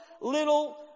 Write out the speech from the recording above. little